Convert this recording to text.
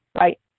right